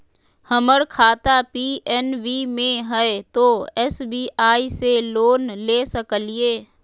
हमर खाता पी.एन.बी मे हय, तो एस.बी.आई से लोन ले सकलिए?